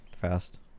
fast